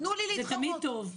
זה תמיד טוב.